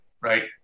right